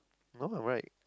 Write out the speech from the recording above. no I'm right